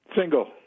Single